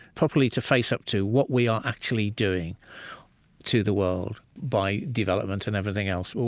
properly to face up to what we are actually doing to the world by development and everything else,